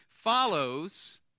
follows